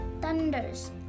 thunders